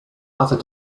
other